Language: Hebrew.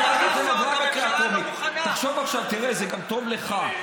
הצעת החוק כפי שכתבתם אותה הייתה לא טובה,